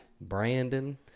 Brandon